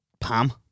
Pam